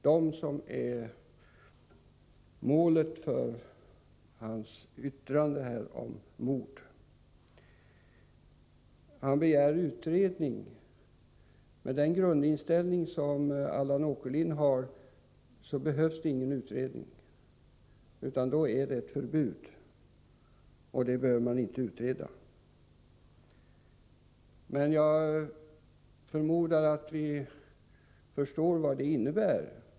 Det är de som är målet för hans yttrande här om mord. Allan Åkerlind begär en utredning. Med den grundinställning Allan Åkerlind har behövs det ingen utredning, eftersom det är ett förbud han vill ha, och det behöver man inte utreda. Men jag förmodar att vi förstår vad ett förbud skulle innebära.